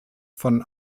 von